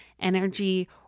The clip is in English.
energy